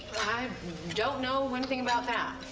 i don't know anything about that.